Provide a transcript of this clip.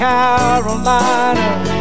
Carolina